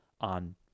on